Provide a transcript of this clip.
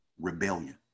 Rebellion